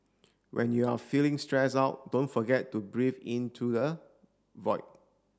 when you are feeling stressed out don't forget to breathe into the void